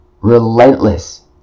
Relentless